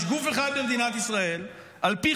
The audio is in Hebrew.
יש גוף אחד במדינת ישראל, על פי